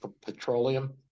Petroleum